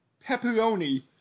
pepperoni